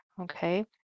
Okay